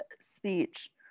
speech